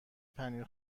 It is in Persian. پنیر